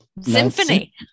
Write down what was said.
symphony